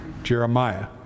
Jeremiah